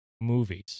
movies